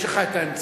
יש לך האמצעים?